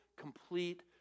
complete